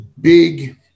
big